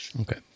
Okay